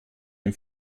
dem